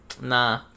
nah